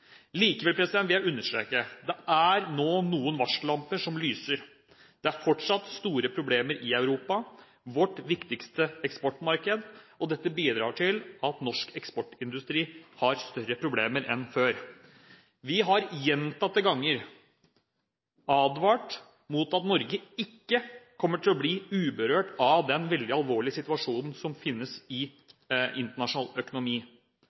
Likevel vil jeg understreke at det nå er noen varsellamper som lyser. Det er fortsatt store problemer i Europa, vårt viktigste eksportmarked, og det bidrar til at norsk eksportindustri har større problemer enn før. Vi har gjentatte ganger advart mot å tro at Norge ikke kommer til å bli uberørt av den veldig alvorlige situasjonen i internasjonal økonomi.